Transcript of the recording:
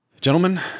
Gentlemen